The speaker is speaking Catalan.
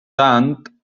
tant